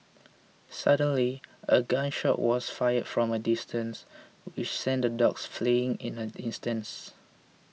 suddenly a gun shot was fired from a distance which sent the dogs fleeing in an instant